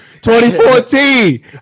2014